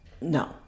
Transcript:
No